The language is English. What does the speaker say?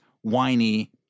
whiny